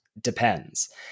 depends